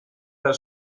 dal